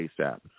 ASAP